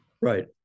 Right